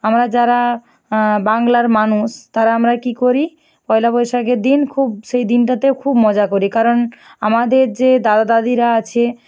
আমরা যারা বাংলার মানুষ তারা আমরা কি করি পয়লা বৈশাখের দিন খুব সেই দিনটাতে খুব মজা করি কারণ আমাদের যে দাদা দাদিরা আছে